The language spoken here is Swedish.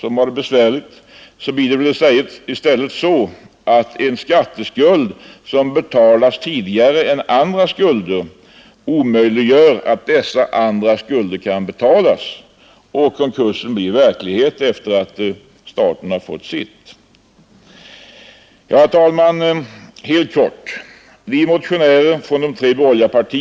Om en skatteskuld betalas tidigare än andra skulder, blir det omöjligt för ett företag som har det besvärligt att betala dessa andra skulder. Efter det att staten har fått sitt blir konkursen verklighet.